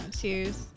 cheers